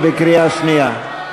בקריאה שנייה.